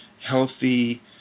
healthy